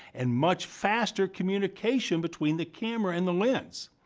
and much faster communication between the camera and the lens.